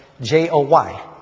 J-O-Y